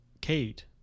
Kate